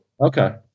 Okay